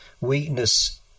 weakness